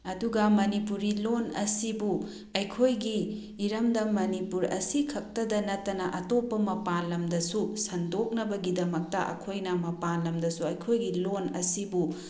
ꯑꯗꯨꯒ ꯃꯅꯤꯄꯨꯔꯤ ꯂꯣꯜ ꯑꯁꯤꯕꯨ ꯑꯩꯈꯣꯏꯒꯤ ꯏꯔꯝꯗꯝ ꯃꯅꯤꯄꯨꯔ ꯑꯁꯤꯈꯛꯇꯗ ꯅꯠꯇꯅ ꯑꯇꯣꯞꯄ ꯃꯄꯥꯜ ꯂꯝꯗꯁꯨ ꯁꯟꯗꯣꯛꯅꯕꯒꯤꯗꯃꯛꯇ ꯑꯩꯈꯣꯏꯅ ꯃꯄꯥꯜ ꯂꯝꯗꯁꯨ ꯑꯩꯈꯣꯏꯒꯤ ꯂꯣꯜ ꯑꯁꯤꯕꯨ